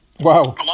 Wow